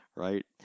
Right